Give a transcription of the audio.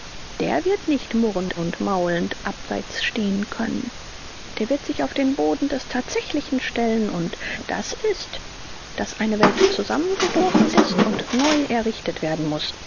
der wird nicht murrend und maulend abseits stehen können der wird sich auf den boden des tatsächlichen stellen und das ist daß eine welt zusammengebrochen ist und neu errichtet werden muß